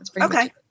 Okay